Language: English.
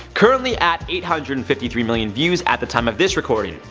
currently at eight hundred and fifty three million views at the time of this recording.